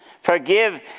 Forgive